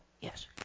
yes